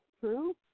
true